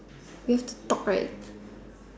we have to talk right